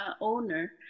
owner